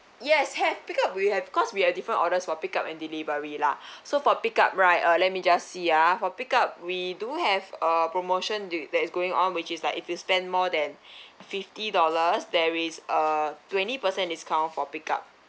yes have pick up we have cause we have different orders for pick up and delivery lah so for pick up right uh let me just see ah for pick up we do have uh promotion that's going on which is like if you spend more than fifty dollars there is a twenty percent discount for pick up